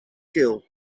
keel